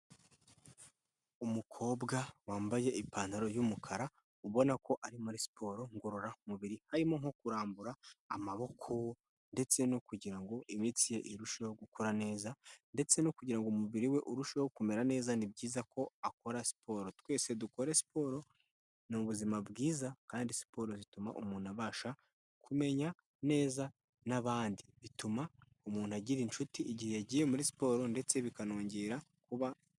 Umukobwa wambaye ipantaro y'umukara ubona ko ari muri siporo ngororamubiri harimo nko kurambura amaboko ndetse no kugira ngo imitsi ye irusheho gukora neza, ndetse no kugira ngo umubiri we urusheho kumera neza, ni byiza ko akora siporo .Twese dukora siporo ni ubuzima bwiza kandi siporo zituma umuntu abasha kumenya neza n'abandi bituma umuntu agira inshuti igihe yagiye muri siporo ndetse bikanongera kuba.